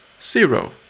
zero